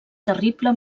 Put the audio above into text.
terrible